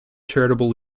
charitable